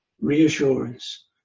reassurance